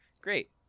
Great